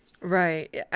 Right